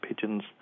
pigeons